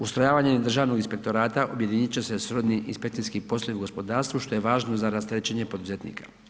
Ustrojavanjem Državnog inspektorata objedinit će srodni inspekcijski poslovi u gospodarstvu što je važno za rasterećenje poduzetnika.